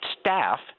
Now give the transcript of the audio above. staff